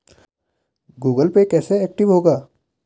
Google Pay कैसे active होगा?